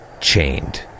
chained